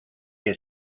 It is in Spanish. que